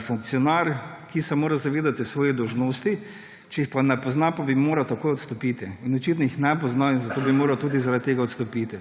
funkcionar, ki se mora zavedati svojih dolžnosti. Če jih pa ne pozna, bi pa moral takoj odstopiti. In očitno jih ne pozna in zato bi moral tudi zaradi tega odstopiti.